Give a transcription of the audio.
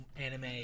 anime